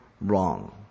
wrong